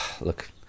look